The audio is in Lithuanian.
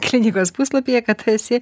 klinikos puslapyje kad esi